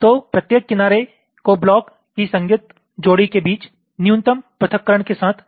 तो प्रत्येक किनारे को ब्लॉक की संगत जोड़ी के बीच न्यूनतम पृथक्करण के साथ